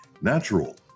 Natural